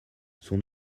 son